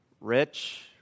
rich